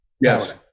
Yes